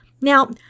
Now